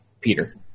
Peter